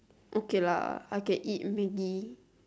okay lah I can eat maggi